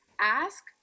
ask